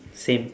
same